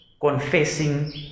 confessing